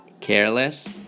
Careless